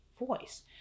voice